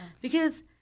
Because-